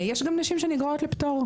יש גם נשים שנגררות לפטור.